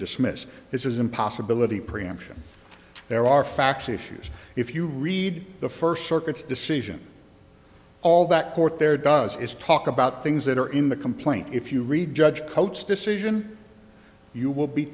dismiss this isn't possibility preemption there are factual issues if you read the first circuits decision all that court there does is talk about things that are in the complaint if you read judge cults decision you will be